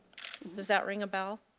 does that ring a bell?